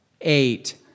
Eight